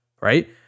Right